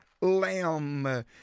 lamb